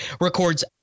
records